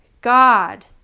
God